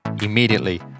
immediately